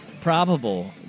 probable